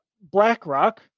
BlackRock